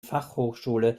fachhochschule